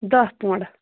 دَہ پونٛڈ